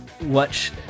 watch